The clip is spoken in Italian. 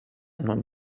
non